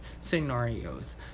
scenarios